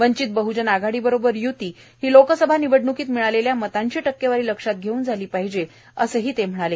वंचित बहजन आघाडी बरोबर यूती हि लोकसभा निवडण्कीत मिळालेल्या मतांची टक्केवारी लक्षात घेऊन झाली पाहिजे असेही ते म्हणाले